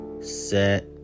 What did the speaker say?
set